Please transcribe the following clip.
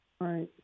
Right